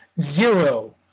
zero